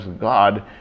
God